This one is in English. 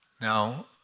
Now